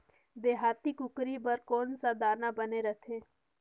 देहाती कुकरी बर कौन सा दाना बने रथे?